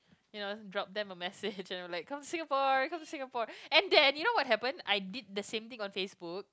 you know drop them a message like come to Singapore come to Singapore and then you know what happened I did the same thing on Facebook